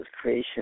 creation